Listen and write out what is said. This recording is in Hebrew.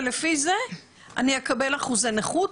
ולפי זה אני אקבל אחוזי נכות.